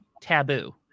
taboo